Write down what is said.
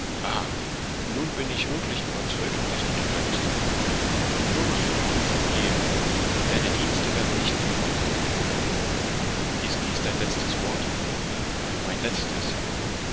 nun bin ich wirklich überzeugt daß du träumst bürger surcouf gehe deine dienste werden nicht gebraucht ist dies dein letztes wort mein letztes